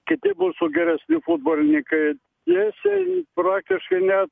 kiti mūsų geresni futbolininkai tiesiai praktiškai net